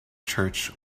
church